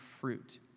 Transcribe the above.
fruit